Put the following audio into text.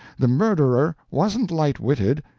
the murderer wasn't light-witted.